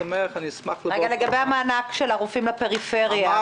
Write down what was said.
לגבי המענק של הרופאים לפריפריה,